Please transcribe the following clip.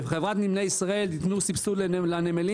שחברת נמלי ישראל ייתנו סבסוד לנמלים